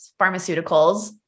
pharmaceuticals